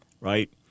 right